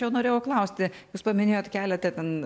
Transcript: jau norėjau klausti jūs paminėjot keletą ten